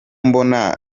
mbona